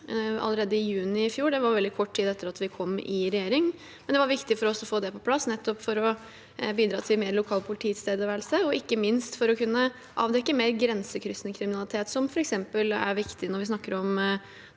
allerede i juni i fjor. Det var veldig kort tid etter at vi kom i regjering. Det var viktig for oss å få det på plass for å bidra til mer lokal polititilstedeværelse og ikke minst for å kunne avdekke mer grensekryssende kriminalitet, noe som er viktig når vi f.eks. snakker om